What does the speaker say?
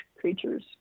creatures